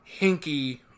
hinky